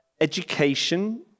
education